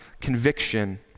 conviction